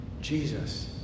Jesus